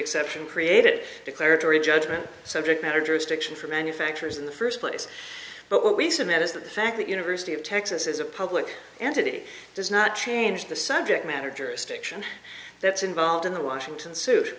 exception created declaratory judgment subject matter jurisdiction for manufacturers in the first place but we submit is that the fact that university of texas is a public entity does not change the subject matter jurisdiction that's involved in the washington s